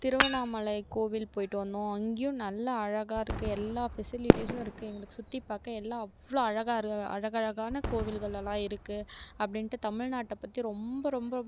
திருவண்ணாமலை கோவில் போய்ட்டு வந்தோம் அங்கேயும் நல்லா அழகாக இருக்குது எல்லா ஃபெசிலிட்டிஸும் இருக்குது எங்களுக்கும் சுற்றி பார்க்க எல்லா அவ்வளோ அழகாக இரு அழகழகான கோவில்களெல்லாம் இருக்குது அப்படின்ட்டு தமிழ்நாட்டை பற்றி ரொம்ப ரொம்ப